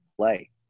play